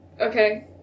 Okay